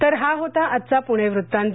तर हा होता आजचा प्रणे वृत्तांत